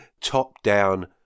top-down